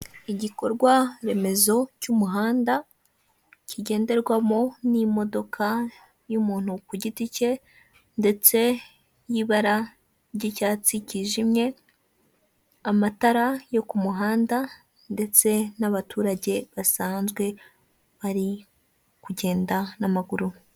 Igikorwa remezo cy'umuhanda kigenderwamo n'imodoka y'umuntu ku giti cye, ndetse y'ibara ry'icyatsi ryijimye, amatara yo ku muhanda ndetse n'abaturage basanzwe bari kugenda n'amaguru.